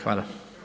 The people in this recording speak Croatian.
Hvala.